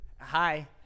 Hi